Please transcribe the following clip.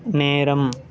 நேரம்